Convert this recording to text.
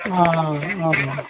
अँ अँ अँ अँ